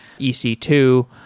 EC2